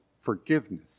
forgiveness